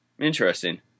Interesting